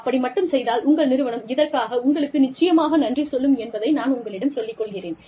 அப்படி மட்டும் செய்தால் உங்கள் நிறுவனம் இதற்காக உங்களுக்கு நிச்சயமாக நன்றி சொல்லும் என்பதை நான் உங்களிடம் சொல்லிக் கொள்கிறேன்